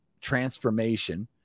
transformation